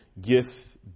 gifts